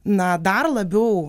na dar labiau